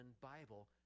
Bible